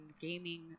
gaming